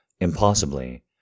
impossibly